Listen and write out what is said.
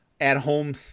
at-home